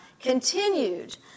continued